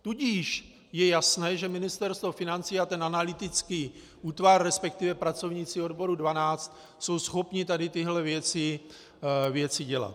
Tudíž je jasné, že Ministerstvo financí a ten analytický útvar, resp. pracovníci odboru 12, jsou schopni tady tyhle věci dělat.